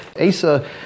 Asa